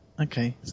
Okay